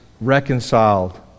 reconciled